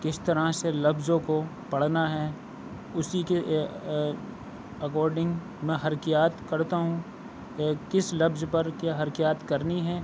کس طرح سے لفظوں کو پڑھنا ہے اُسی کے اکاڈنگ میں حرکات کرتا ہوں آ کس لفظ پر کیا حرکات کرنی ہے